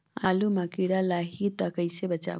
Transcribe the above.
आलू मां कीड़ा लाही ता कइसे बचाबो?